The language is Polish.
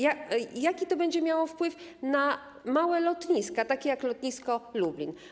Jaki to będzie miało wpływ na małe lotniska, takie jak lotnisko Lublin?